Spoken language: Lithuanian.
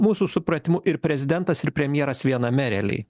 mūsų supratimu ir prezidentas ir premjeras viename realiai